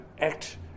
act